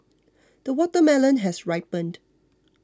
the watermelon has ripened